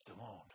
alone